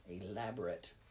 elaborate